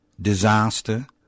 disaster